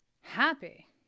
happy